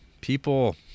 people